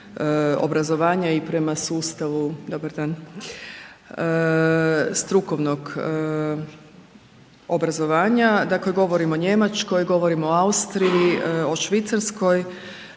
i prema sustavu, dobar dan, strukovnog obrazovanja, dakle govorim o Njemačkoj, govorim o Austriji, o Švicarskoj,